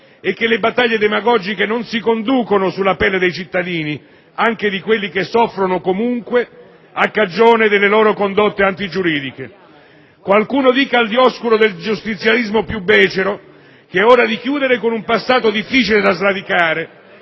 e che le battaglie demagogiche non si conducono sulla pelle dei cittadini, anche di quelli che soffrono comunque a cagione delle loro condotte antigiuridiche. Qualcuno dica al dioscuro del giustizialismo più becero che è ora di chiudere con un passato difficile da sradicare,